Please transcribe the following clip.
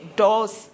doors